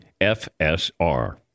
FSR